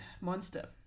monster